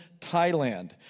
Thailand